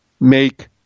make